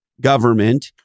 government